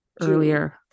earlier